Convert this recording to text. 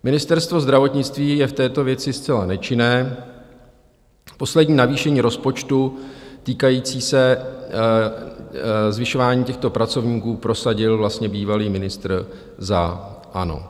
Ministerstvo zdravotnictví je v této věci zcela nečinné, poslední navýšení rozpočtu týkající se zvyšování těchto pracovníků prosadil vlastně bývalý ministr za ANO.